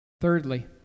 Thirdly